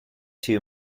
two